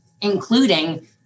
including